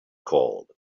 called